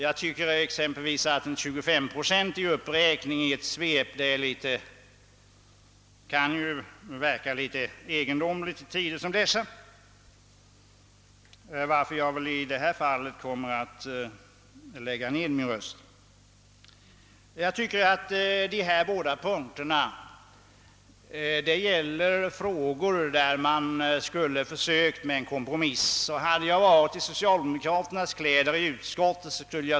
Jag tycker att en 25-procentig uppräkning i ett svep kan verka litet egendomligt i dessa tider, varför jag på denna punkt kommer att lägga ner min röst. Jag tycker att man på dessa båda punkter bort försöka komma fram till en kompromiss. Det skulle jag ha gjort om jag varit i socialdemokraternas kläder i utskottet.